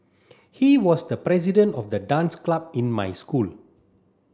he was the president of the dance club in my school